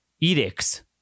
edicts